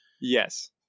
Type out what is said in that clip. Yes